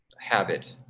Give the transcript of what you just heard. habit